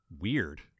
Weird